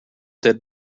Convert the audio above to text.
that